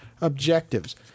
objectives